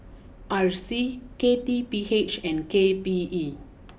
R C K T P H and K P E